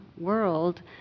world